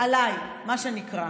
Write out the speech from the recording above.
עליי, מה שנקרא.